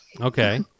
Okay